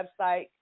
website